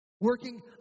working